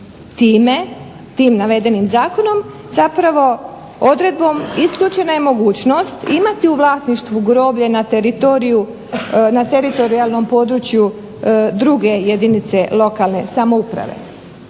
tim navedenim zakonom zapravo odredbom isključena je mogućnost imati u vlasništvu groblje na teritoriju, na teritorijalnom području druge jedinice lokalne samouprave.